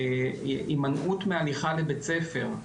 הימנעות מהליכה לבית ספר,